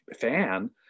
fan